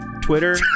Twitter